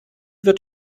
wird